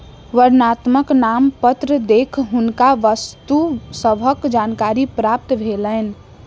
वर्णनात्मक नामपत्र देख हुनका वस्तु सभक जानकारी प्राप्त भेलैन